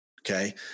okay